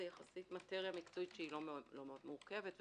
זו יחסית מטריה מקצועית שהיא לא מאוד מורכבת,